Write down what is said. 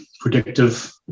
predictive